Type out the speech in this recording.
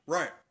Right